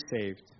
saved